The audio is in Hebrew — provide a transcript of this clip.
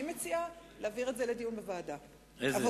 אני מציעה להעביר את זה לדיון בוועדת העבודה,